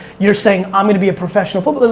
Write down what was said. you're saying i'm gonna be a professional football,